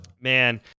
Man